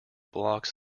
blocks